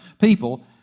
people